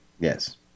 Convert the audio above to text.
yes